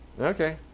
Okay